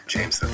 James